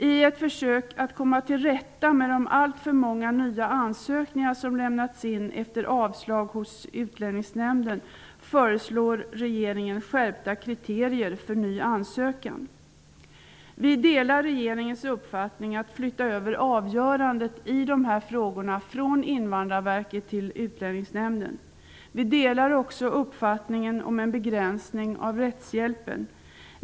I ett försök att komma till rätta med de alltför många nya ansökningar som lämnas in efter avslag hos Utlänningsnämnden föreslår regeringen skärpta kriterier för ny ansökan. Vi delar regeringens uppfattning att avgörandet i de här frågorna skall flyttas över från Invandrarverket till Utlänningsnämnden. Vi delar också uppfattningen om en begränsning av rättshjälpen.